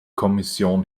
kommission